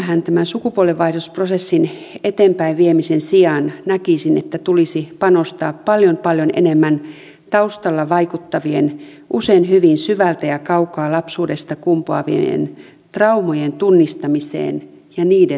sinänsähän tämän sukupuolenvaihdosprosessin eteenpäinviemisen sijaan näkisin että tulisi panostaa paljon paljon enemmän taustalla vaikuttavien usein hyvin syvältä ja kaukaa lapsuudesta kumpuavien traumojen tunnistamiseen ja niiden hoitoon